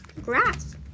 grass